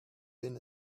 been